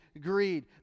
greed